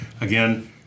Again